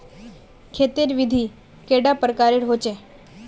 खेत तेर विधि कैडा प्रकारेर होचे?